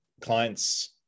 Clients